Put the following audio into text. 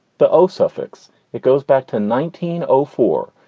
the o suffix. it goes back to nineteen oh four.